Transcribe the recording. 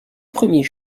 premiers